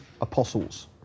Apostles